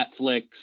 Netflix